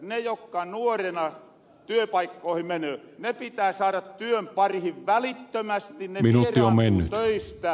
ne jokka nuorena työpaikkoihin menöö pitää saara työn parihin välittömästi ne vieraantuu töistä